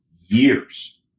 years